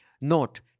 Note